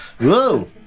Whoa